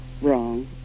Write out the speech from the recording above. wrong